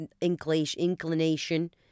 inclination